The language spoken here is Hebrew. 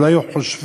או לא היו חושבים